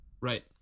Right